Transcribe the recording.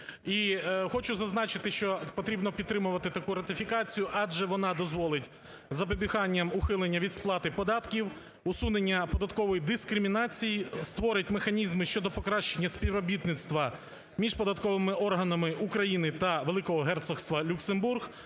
хочу зазначити, що потрібно підтримувати таку ратифікацію, адже вона дозволить запобіганням ухилення від сплати податків, усунення податкової дискримінації, створить механізми щодо покращення співробітництва між податковими органами України та Великого Герцогства Люксембург